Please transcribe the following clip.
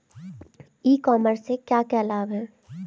ई commerce से क्या क्या लाभ हैं?